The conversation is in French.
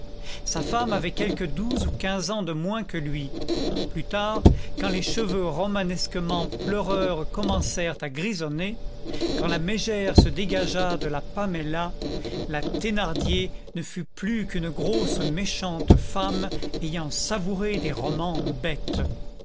sa femme avait quelque douze ou quinze ans de moins que lui plus tard quand les cheveux romanesquement pleureurs commencèrent à grisonner quand la mégère se dégagea de la paméla la thénardier ne fut plus qu'une grosse méchante femme ayant savouré des romans bêtes